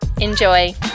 Enjoy